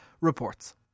reports